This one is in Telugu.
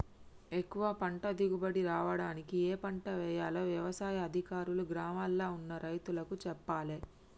ఎక్కువ పంట దిగుబడి రావడానికి ఏ పంట వేయాలో వ్యవసాయ అధికారులు గ్రామాల్ల ఉన్న రైతులకు చెప్పాలే